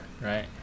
right